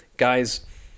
Guys